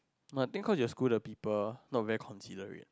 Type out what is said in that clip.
no I think your school the people not very considerate